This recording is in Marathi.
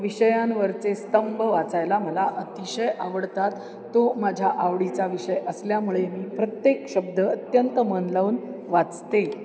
विषयांवरचे स्तंभ वाचायला मला अतिशय आवडतात तो माझ्या आवडीचा विषय असल्यामुळे मी प्रत्येक शब्द अत्यंत मन लावून वाचते